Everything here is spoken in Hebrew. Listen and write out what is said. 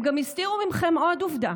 הם גם הסתירו מכם עוד עובדה